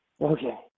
Okay